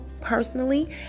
personally